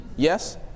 Yes